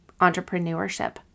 entrepreneurship